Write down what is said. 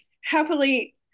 happily